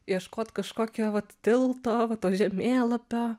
ieškot kažkokio vat tilto žemėlapio